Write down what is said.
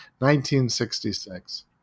1966